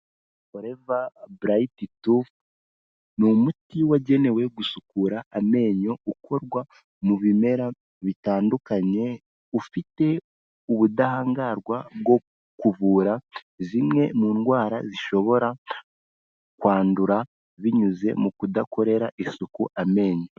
Forever bright tooth ni umuti wagenewe gusukura amenyo ukorwa mu bimera bitandukanye, ufite ubudahangarwa bwo kuvura zimwe mu ndwara zishobora kwandura binyuze mu kudakorera isuku amenyo.